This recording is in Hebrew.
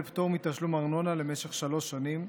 פטור מתשלום ארנונה למשך שלוש שנים,